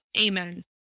Amen